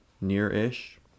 near-ish